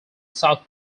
south